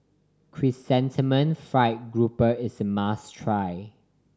Chrysanthemum Fried Grouper is a must try